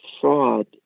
fraud